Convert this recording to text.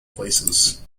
places